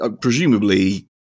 presumably